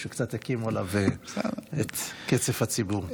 שקצת הקימו עליו את קצף הציבור.